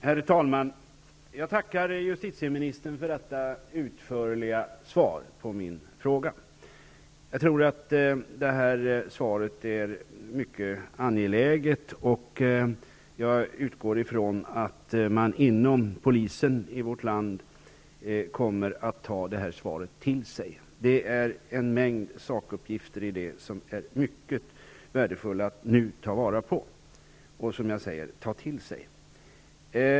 Herr talman! Jag tackar justitieministern för det utförliga svaret på min fråga. Jag tror att det här svaret är mycket angeläget. Jag utgår ifrån att man inom polisen i vårt land kommer att ta det här svaret till sig. Det är en mängd sakuppgifter i det som är mycket värdefulla att nu ta vara på och ta till sig.